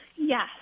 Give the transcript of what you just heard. Yes